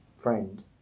friend